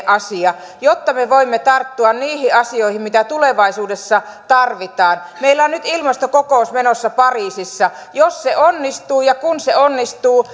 asia jotta me voimme tarttua niihin asioihin mitä tulevaisuudessa tarvitaan meillä on nyt ilmastokokous menossa pariisissa jos se onnistuu ja kun se onnistuu